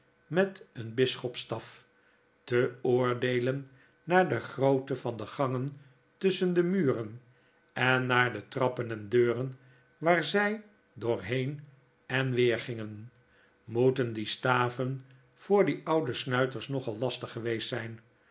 met een bisschopsstaf te oordeelen naar de grootte van de gangen tusschen de muren en naar de trappen en deuren waar zjj door heen en weer gingen moeten die staven voor die oude snuiters nogai lastig geweest zijn